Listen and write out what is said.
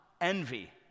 envy